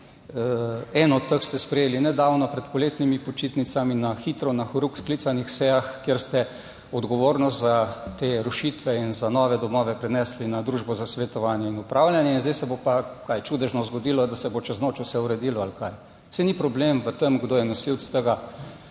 Eno od teh ste sprejeli nedavno pred poletnimi počitnicami, na hitro, na horuk sklicanih sejah, kjer ste odgovornost za te rušitve in za nove domove prenesli na Družbo za svetovanje in upravljanje in zdaj se bo pa kaj, čudežno zgodilo, da se bo čez noč vse uredilo ali kaj? Saj ni problem v tem, kdo je nosilec tega,